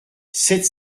sept